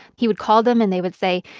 he would call them, and they would say,